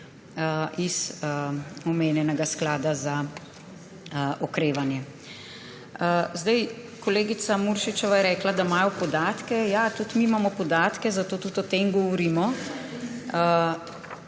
iz omenjenega sklada za okrevanje. Kolegica Muršičeva je rekla, da imajo podatke. Ja, tudi mi imamo podatke, zato tudi o tem govorimo.